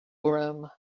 urim